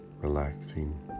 relaxing